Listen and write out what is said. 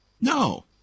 No